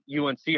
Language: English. UNC